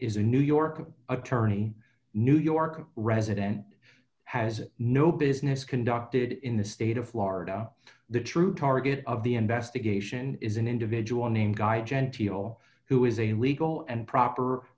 a new york attorney new york resident has no business conducted in the state of florida the true target of the investigation is an individual named guy genteel who is a legal and proper